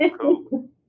cool